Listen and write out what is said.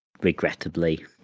Regrettably